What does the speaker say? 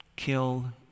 kill